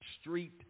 street